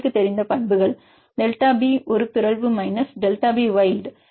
எங்களுக்குத் தெரிந்த பண்புகள் டெல்டா பி ஒரு பிறழ்வு மைனஸ் டெல்டா பி வைல்ட்